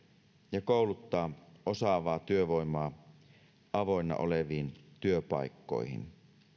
ja kouluttaa osaavaa työvoimaa avoinna oleviin työpaikkoihin